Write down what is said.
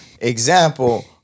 example